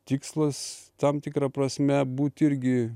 tikslas tam tikra prasme būt irgi